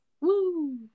Woo